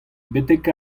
betek